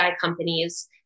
companies